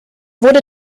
wurde